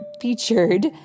featured